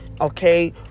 okay